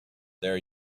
there